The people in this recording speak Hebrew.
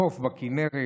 חוף בכינרת,